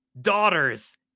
daughters